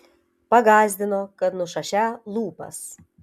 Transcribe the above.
pagąsdino kad nušašią lūpas